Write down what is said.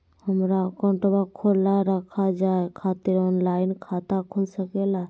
हमारा अकाउंट खोला रखा जाए खातिर ऑनलाइन खाता खुल सके ला?